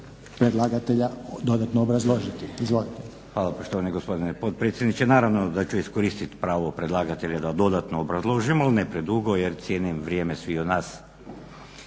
Hvala poštovani gospodine potpredsjedniče. Naravno da ću iskoristiti pravo predlagatelja da dodatno obrazložim, ali ne predugo jer cijenim vrijeme sviju nas